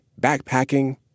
backpacking